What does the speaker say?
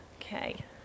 Okay